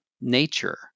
nature